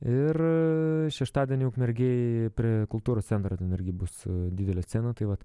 ir šeštadienį ukmergėj prie kultūros centro irgi bus didelė scena tai vat